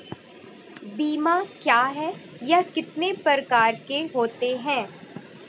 बीमा क्या है यह कितने प्रकार के होते हैं?